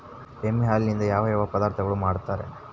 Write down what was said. ಎಮ್ಮೆ ಹಾಲಿನಿಂದ ಯಾವ ಯಾವ ಪದಾರ್ಥಗಳು ಮಾಡ್ತಾರೆ?